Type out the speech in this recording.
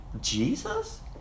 Jesus